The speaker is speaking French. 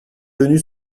venues